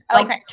Okay